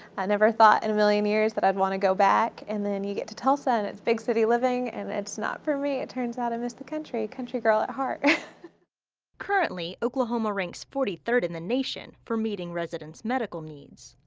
i never thought in and a million years that i would want to go back. and then you get to tulsa and it's big city living. and it's not for me it turns out, i miss the country, a country girl at heart. kela currently oklahoma ranks forty third in the nation for meeting residents' medical needs,